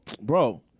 Bro